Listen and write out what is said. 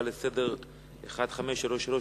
הצעה לסדר-היום מס' 1533,